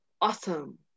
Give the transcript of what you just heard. awesome